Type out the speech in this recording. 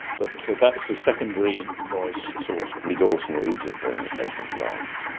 but so that's a secondary noise source. mid ocean regions and seismic zones.